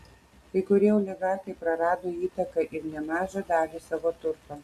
kai kurie oligarchai prarado įtaką ir nemažą dalį savo turto